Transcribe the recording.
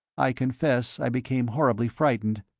i confess i became horribly frightened,